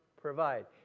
provide